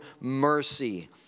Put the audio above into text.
mercy